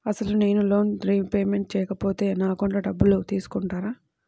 అసలు నేనూ loan repayment చేయకపోతే నా అకౌంట్లో డబ్బులు తీసుకుంటారా?